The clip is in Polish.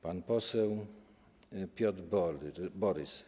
Pan poseł Piotr Borys.